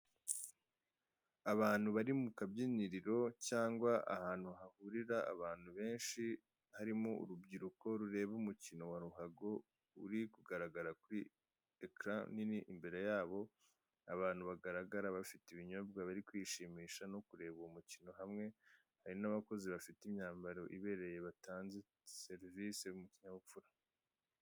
Abantu bari mu kabyiniriro cyangwa ahantu hahurira abantu benshi harimo urubyiruko rureba umukino wa ruhago urikugaragara kuri ekara nini imbere yabo abantu bagaragara bafite ibinyobwa bari kwishimisha no kureba uwo mukino hamwe hari n'abakozi bafite imyambaro ibereye batanze serivisi.